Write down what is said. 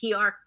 PR